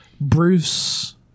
Bruce